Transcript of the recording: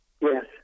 Yes